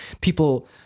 People